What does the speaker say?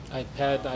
iPad